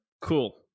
cool